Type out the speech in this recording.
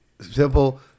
simple